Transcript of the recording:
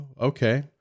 okay